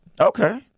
okay